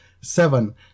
Seven